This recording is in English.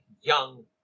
young